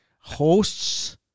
hosts